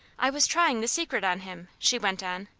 i was trying the secret on him, she went on,